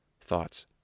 thoughts